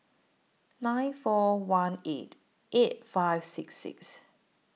nine one four eight eight five six six